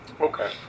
Okay